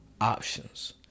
options